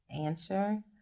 answer